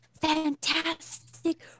fantastic